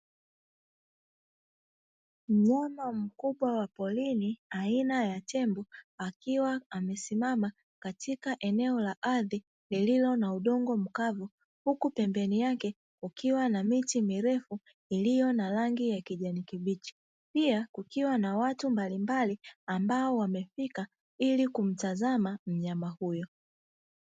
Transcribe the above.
Mnyama mkubwa wa porini aina ya tembo akiwa amesimama katika eneo la ardhi lililo na udongo mkavu. Huku pembeni yake kukiwa na miti mirefu iliyo na rangi ya kijani kibichi. Pia kukiwa na watu mbalimbali ambao wamefika ili kumtazama mnyama huyo.